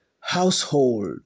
household